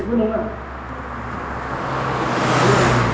जेबो नङा जेबो सिनथा खालाम नाङा